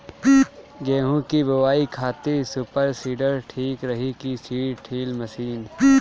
गेहूँ की बोआई खातिर सुपर सीडर ठीक रही की सीड ड्रिल मशीन?